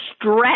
stretch